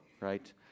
right